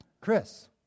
Chris